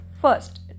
First